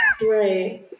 Right